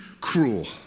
cruel